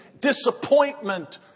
disappointment